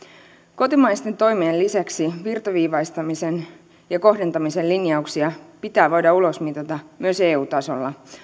kotimaisten toimien lisäksi virtaviivaistamisen ja kohdentamisen linjauksia pitää voida ulosmitata myös eu tasolla